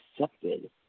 accepted